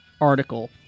article